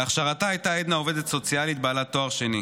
בהכשרתה הייתה עדנה עובדת סוציאלית בעלת תואר שני.